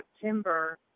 September